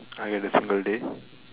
I get a single day